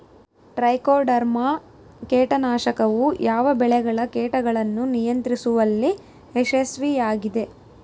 Trichoderma ಕೇಟನಾಶಕವು ಯಾವ ಬೆಳೆಗಳ ಕೇಟಗಳನ್ನು ನಿಯಂತ್ರಿಸುವಲ್ಲಿ ಯಶಸ್ವಿಯಾಗಿದೆ?